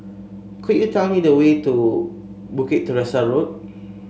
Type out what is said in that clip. could you tell me the way to Bukit Teresa Road